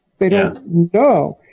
they don't know.